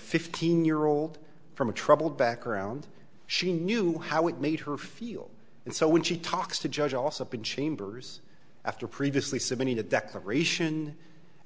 fifteen year old from a troubled background she knew how it made her feel and so when she talks to judge also been chambers after previously submitting a declaration